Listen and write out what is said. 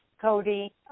Cody